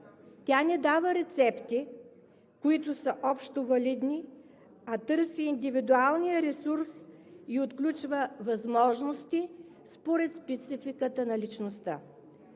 Тя не дава рецепти, които са общовалидни, а търси индивидуалния ресурс и отключва възможности според спецификата на личността.